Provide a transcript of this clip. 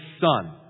Son